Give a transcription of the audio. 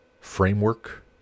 framework